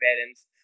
parents